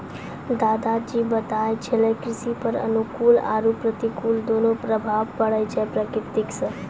दादा जी बताय छेलै कृषि पर अनुकूल आरो प्रतिकूल दोनों प्रभाव पड़ै छै प्रकृति सॅ